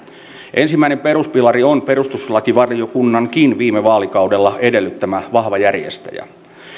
ensimmäinen peruspilari on perustuslakivaliokunnankin viime vaalikaudella edellyttämä vahva järjestäjä